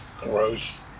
gross